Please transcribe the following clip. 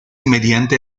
mediante